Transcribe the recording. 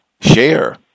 Share